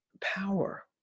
power